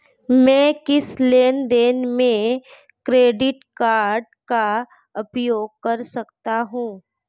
मैं किस लेनदेन में क्रेडिट कार्ड का उपयोग कर सकता हूं?